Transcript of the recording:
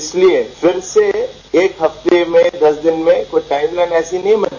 इसलिए फिर से एक हफ्ते में दस दिन में कोई टाइम लाइन ऐसे नहीं बनी है